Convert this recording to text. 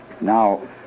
now